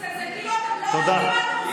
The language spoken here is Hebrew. כאילו אתם לא יודעים מה אתם עושים.